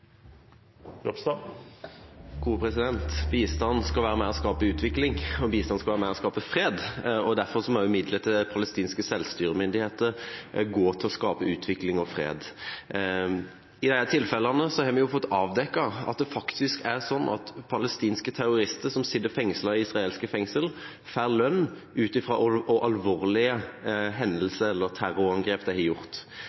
Ropstad – til siste oppfølgingsspørsmål. Bistand skal være med på å skape utvikling, og bistand skal være med på å skape fred. Derfor må også midler til palestinske selvstyremyndigheter gå til å skape utvikling og fred. I disse tilfellene har vi fått avdekket at det faktisk er sånn at palestinske terrorister som sitter fengslet i israelske fengsel, får lønn ut fra hvor alvorlige